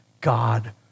God